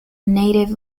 native